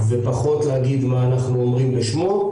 ופחות להגיד מה אנחנו אומרים בשמו.